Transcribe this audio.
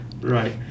right